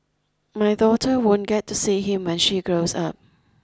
my daughter won't get to see him when she grows up